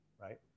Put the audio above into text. right